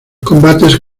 combates